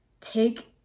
take